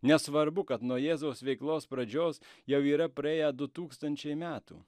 nesvarbu kad nuo jėzaus veiklos pradžios jau yra praėję du tūkstančiai metų